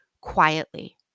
quietly